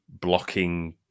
blocking